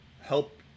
Help